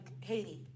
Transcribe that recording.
Haiti